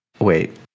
wait